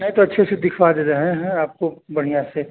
नहीं तो अच्छे से दिखवा दे रहे हैं आपको बढ़ियाँ से